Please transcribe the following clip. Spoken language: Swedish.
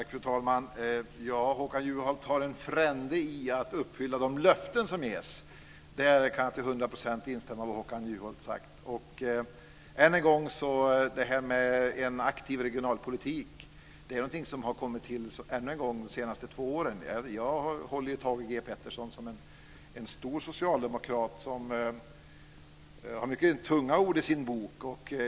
Fru talman! Ja, Håkan Juholt har en frände i att uppfylla de löften som ges. Där kan jag till hundra procent instämma i det som han har sagt. Än en gång beträffande en aktiv regionalpolitik. Det är någonting som har kommit till ännu en gång under de senaste två åren. Jag håller Thage G Peterson som en stor socialdemokrat som har mycket tunga ord i sin bok.